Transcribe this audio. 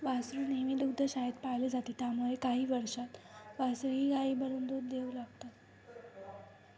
वासरू नेहमी दुग्धशाळेत पाळले जातात त्यामुळे काही वर्षांत वासरेही गायी बनून दूध देऊ लागतात